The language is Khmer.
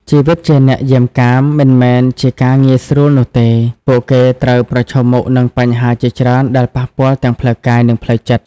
ជីវិតជាអ្នកយាមកាមមិនមែនជាការងាយស្រួលនោះទេ។ ពួកគេត្រូវប្រឈមមុខនឹងបញ្ហាជាច្រើនដែលប៉ះពាល់ទាំងផ្លូវកាយ និងផ្លូវចិត្ត។